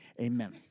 amen